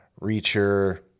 Reacher